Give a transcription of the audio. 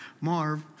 Marv